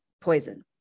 poison